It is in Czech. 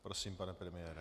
Prosím, pane premiére.